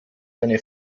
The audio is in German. seine